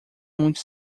muito